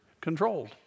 controlled